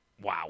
wow